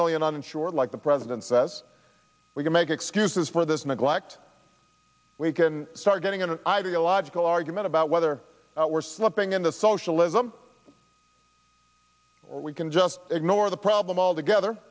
million uninsured like the president says we can make excuses for this neglect we can start getting an ideological argument about whether we're slipping into socialism or we can just ignore the problem altogether